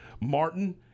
Martin